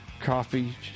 coffee